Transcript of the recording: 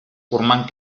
formant